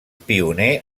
pioner